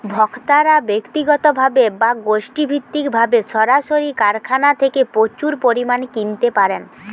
ভোক্তারা ব্যক্তিগতভাবে বা গোষ্ঠীভিত্তিকভাবে সরাসরি কারখানা থেকে প্রচুর পরিমাণে কিনতে পারেন